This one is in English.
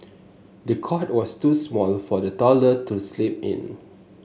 the cot was too small for the toddler to sleep in